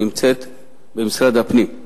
נמצאת במשרד הפנים.